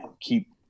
keep